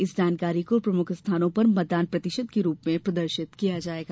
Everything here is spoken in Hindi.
इस जानकारी को प्रमुख स्थानों पर मतदान प्रतिशत के रूप में प्रदर्शित किया जायेगा